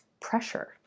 pressure